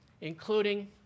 including